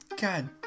God